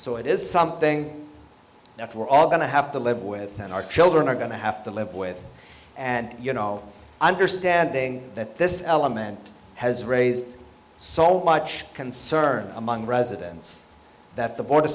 so it is something that we're all going to have to live with and our children are going to have to live with and you know understanding that this element has raised so much concern among residents that the board